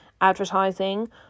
advertising